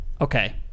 Okay